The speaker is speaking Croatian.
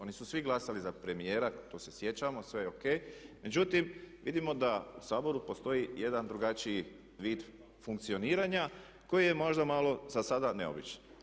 Oni su svi glasali za premijera to se sjećamo sve ok, međutim vidimo da u Saboru postoji jedan drugačiji vid funkcioniranja koji je možda malo zasada neobičan.